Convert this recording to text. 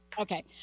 Okay